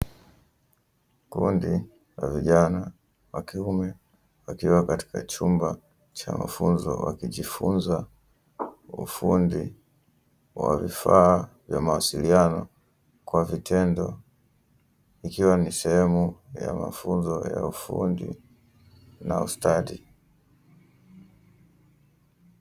Kundi la vijana wa kiume wakiwa katika chumba cha mafunzo wakijifunza ufundi wa vifaa vya mawasiliano kwa vitendo ikiwa ni sehemu ya mafunzo ya ufundi na ustadi.